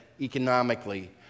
economically